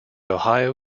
ohio